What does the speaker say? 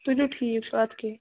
تُلِو ٹھیٖک چھُ اَدٕ کیٛاہ